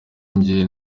yanjye